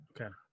okay